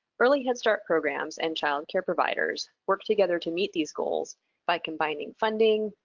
early head start programs and child care providers work together to meet these goals by combining funding,